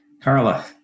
Carla